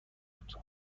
بود